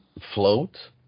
Float